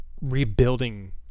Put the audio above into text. rebuilding